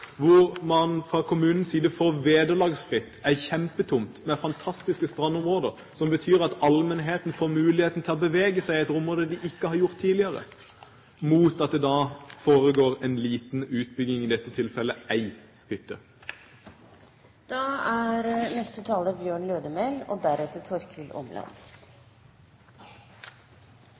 hvor man fra kommunens side får vederlagsfritt en kjempetomt med fantastiske strandområder som betyr at allmennheten får muligheten til å bevege seg i et område de ikke har gjort tidligere, mot at det da foretas en liten utbygging, i dette tilfellet én hytte? Høgre ønskjer, i motsetnad til Senterpartiet og